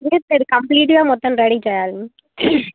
లేదు లేదు కంప్లీట్గా మొత్తం రెడీ చేయాలి